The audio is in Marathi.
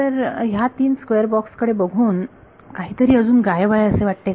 तर ह्या तीन स्क्वेअर बॉक्स कडे पाहून काहीतरी अजून गायब आहे असे वाटते का